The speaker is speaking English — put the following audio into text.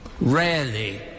Rarely